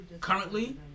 Currently